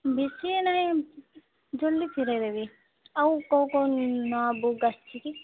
ବେଶୀ ନାହିଁ ଜଲଦି ଫେରେଇ ଦେବି ଆଉ କୋଉ କୋଉ ନୂଆ ବୁକ୍ ଆସଛି କି